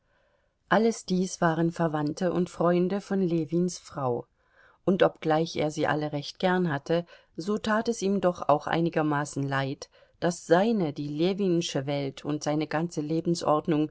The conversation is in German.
alles dies waren verwandte und freunde von ljewins frau und obgleich er sie alle recht gern hatte so tat es ihm doch auch einigermaßen leid daß seine die ljewinsche welt und seine ganze